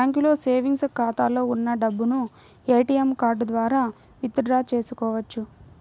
బ్యాంకులో సేవెంగ్స్ ఖాతాలో ఉన్న డబ్బును ఏటీఎం కార్డు ద్వారా విత్ డ్రా చేసుకోవచ్చు